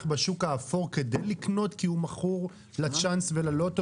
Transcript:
בשוק האפור כדי לקנות כי הוא מכור לצ'אנס וללוטו